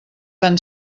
tan